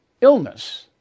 illness